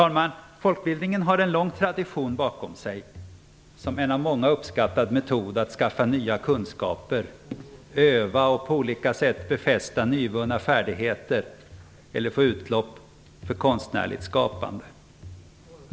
Folkbildningen har en lång tradition bakom sig, som en av många uppskattad metod att skaffa nya kunskaper, öva och på olika sätt befästa nyvunna färdigheter eller få utlopp för konstnärligt skapande.